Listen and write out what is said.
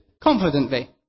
confidently